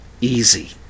easy